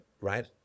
right